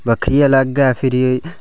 बक्खरी ऐ अलग ऐ फिरी एह्